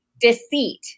deceit